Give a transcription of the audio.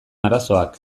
arazoak